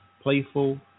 playful